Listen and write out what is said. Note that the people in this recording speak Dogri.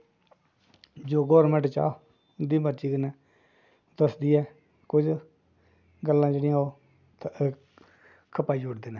जो गौरमैंट चाह् उं'दी मर्जी कन्नै दसदी ऐ कुछ गल्लां जेह्ड़ियां ओह् खपाई ओड़दे न